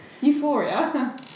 euphoria